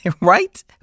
right